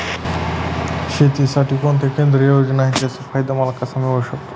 शेतीसाठी कोणत्या केंद्रिय योजना आहेत, त्याचा फायदा मला कसा मिळू शकतो?